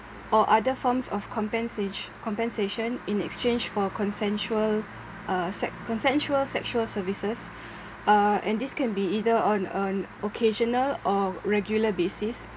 or other forms of compensa~ compensation in exchange for consensual uh se~ consensual sexual services uh and this can be either on an occasional or regular basis